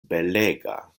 belega